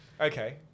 Okay